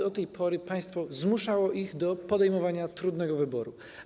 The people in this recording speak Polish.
Do tej pory państwo zmuszało ich do podejmowania trudnego wyboru.